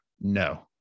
No